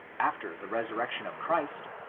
after the resurrection of christ,